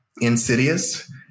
insidious